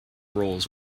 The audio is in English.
roles